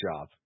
job